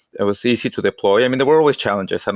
it was easy to deploy. i mean, there were always challenges. and